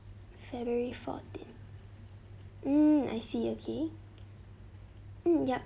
february fourteen hmm I see okay hmm yup